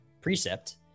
precept